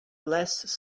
less